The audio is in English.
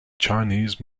chinese